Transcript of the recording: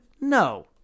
no